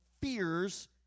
fears